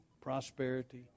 prosperity